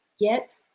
Get